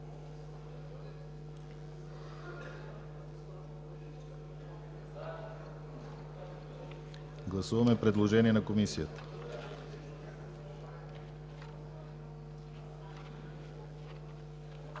Гласуваме предложение на Комисията.